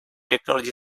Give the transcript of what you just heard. technology